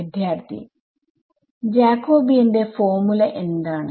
വിദ്യാർത്ഥി ജാകോബിയന്റെ ഫോർമുല എന്താണ്